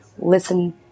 Listen